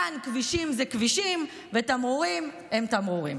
כאן כבישים הם כבישים ותמרורים הם תמרורים.